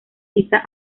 pisa